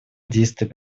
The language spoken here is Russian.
действий